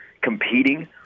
competing